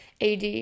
AD